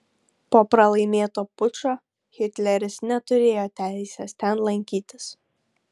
po pralaimėto pučo hitleris neturėjo teisės ten lankytis